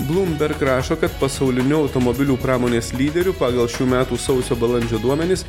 bloomberg rašo kad pasauliniu automobilių pramonės lyderiu pagal šių metų sausio balandžio duomenis